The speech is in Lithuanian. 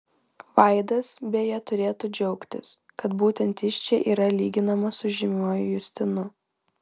vaidas beje turėtų džiaugtis kad būtent jis čia yra lyginamas su žymiuoju justinu